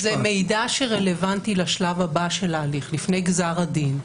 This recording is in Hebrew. אם זה מידע שרלוונטי לשלב הבא של ההליך לפני גזר הדין,